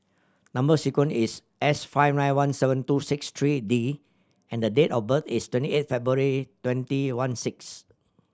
number sequence is S five nine one seven two six three D and date of birth is twenty eight February twenty one six